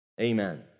Amen